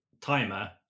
timer